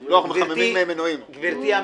חברים, די, די.